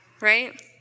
right